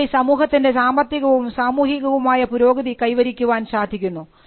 അതുവഴി സമൂഹത്തിൻറെ സാമ്പത്തികവും സാമൂഹികവുമായ പുരോഗതി കൈവരിക്കാൻ സാധിക്കുന്നു